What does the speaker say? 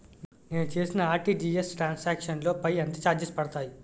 నేను చేసిన RTGS transaction లో పై ఎంత చార్జెస్ పడతాయి?